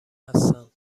هستن